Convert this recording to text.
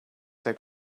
der